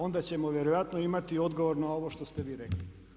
Onda ćemo vjerojatno imati odgovor na ovo što ste vi rekli.